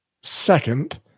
Second